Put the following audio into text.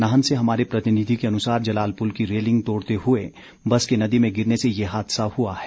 नाहन से हमारे प्रतिनिधि के अनुसार जलाल पुल की रेलिंग तोड़ते हुए बस के नदी में गिरने से ये हादसा हुआ है